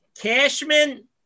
Cashman